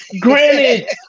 granted